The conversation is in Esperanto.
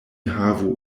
havu